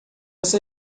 você